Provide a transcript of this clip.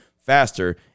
faster